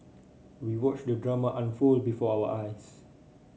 we watched the drama unfold before our eyes